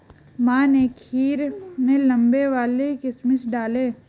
माँ ने खीर में लंबे वाले किशमिश डाले